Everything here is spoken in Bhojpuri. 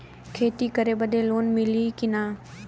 खेती करे बदे लोन मिली कि ना?